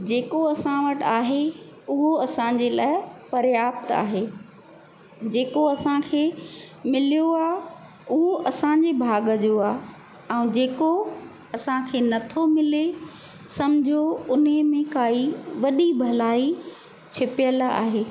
जेको असां वटि आहे उहो असांजे लाइ पर्याप्त आहे जेको असांखे मिलियो आहे उहो असांजे भाॻ जो आहे ऐं जेको असांखे न थो मिले सम्झो उन में काई वॾी भलाई छिपियलु आहे